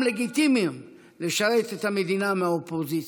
לגיטימיים לשרת את המדינה מהאופוזיציה.